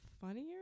funnier